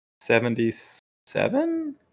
Seventy-seven